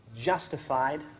justified